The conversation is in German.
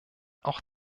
auch